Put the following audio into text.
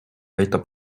aitab